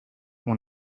when